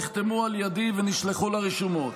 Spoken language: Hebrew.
נחתמו על ידי ונשלחו לרשומות,